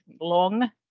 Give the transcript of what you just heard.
long